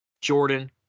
Jordan